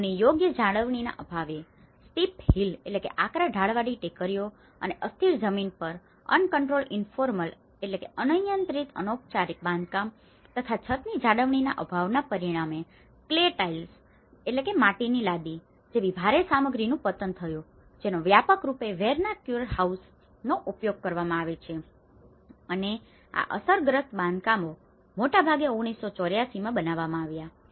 ઘરોની યોગ્ય જાળવણીના અભાવે સ્ટીપ હિલ steep hills આકરા ઢાળવાળી ટેકરીઓ અને અસ્થિર જમીન પર અનકંટ્રોલડ ઇન્ફોર્મલ uncontrolled informal અનિયંત્રિત અનૌપચારિક બાંધકામ તથા છતની જાળવણીના અભાવના પરિણામે કલે ટાઇલ્સ clay tiles માટીની લાદી જેવી ભારે સામગ્રીનું પતન થયું જેનો વ્યાપક રૂપે વેરનાક્યુલર હાઉસિંગ vernacular housing સ્થાનિક ઉપયોગ કરવામાં આવે છે અને આ અસરગ્રસ્ત બાંધકામો મોટાભાગે 1984 માં બનાવવામાં આવ્યા હતા